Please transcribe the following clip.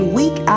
week